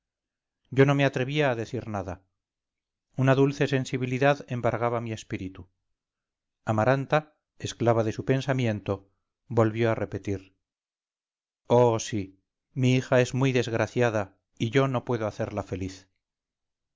yo no me atrevía a decir nada una dulce sensibilidad embargaba mi espíritu amaranta esclava de su pensamiento volvió a repetir oh sí mi hija es muy desgraciada y yo no puedo hacerla feliz